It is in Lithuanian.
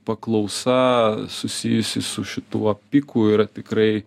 paklausa susijusi su šituo piku yra tikrai